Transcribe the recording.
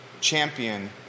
champion